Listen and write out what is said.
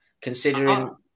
Considering